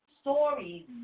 stories